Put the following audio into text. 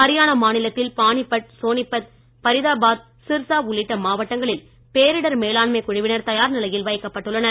ஹரியானா மாநிலத்தில் பானிபட் சோனிபத் பரிதாபாத் சிர்ஸா உள்ளிட்ட மாவட்டங்களில் பேரிடர் மேலாண்மை குழுவினர் தயார் நிலையில் வைக்கப்பட்டுள்ளனர்